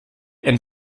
and